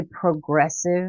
progressive